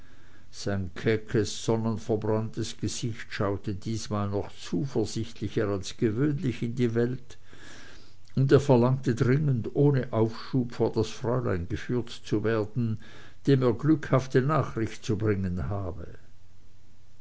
sein keckes sonneverbranntes gesicht schaute diesmal noch zuversichtlicher als gewöhnlich in die welt und er verlangte dringend ohne aufschub vor das fräulein geführt zu werden dem er glückhafte nachricht zu bringen habe